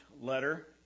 letter